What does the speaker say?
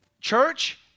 church